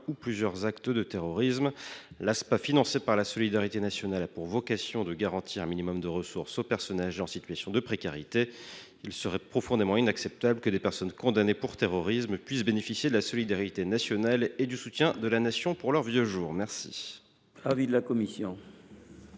ou plusieurs actes de terrorisme. L’Aspa, financée par la solidarité nationale, a pour vocation de garantir un minimum de ressources aux personnages âgées en situation de précarité. Il serait profondément inacceptable que des personnes condamnées pour terrorisme puissent bénéficier du soutien de la Nation pour leurs vieux jours.